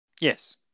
Yes